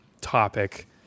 topic